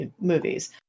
movies